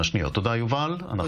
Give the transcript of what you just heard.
היום יום שני י' באדר א' התשפ"ד,